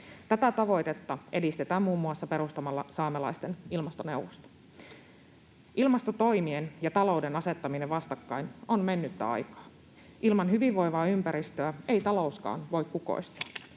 Tätä tavoitetta edistetään muun muassa perustamalla saamelaisten ilmastoneuvosto. Ilmastotoimien ja talouden asettaminen vastakkain on mennyttä aikaa. Ilman hyvinvoivaa ympäristöä ei talouskaan voi kukoistaa.